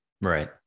right